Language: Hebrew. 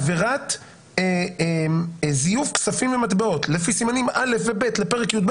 עבירת זיוף כספים ומטבעות לפי סימנים א' וב' לפרק י"ב